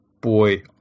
boy